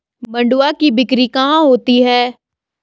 मंडुआ की बिक्री कहाँ होती है?